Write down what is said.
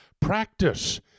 Practice